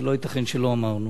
לא ייתכן שלא אמרנו.